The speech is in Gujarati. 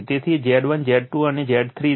તેથી આ Z1 Z2 અને Z 3 છે